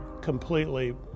completely